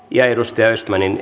ja edustaja östmanin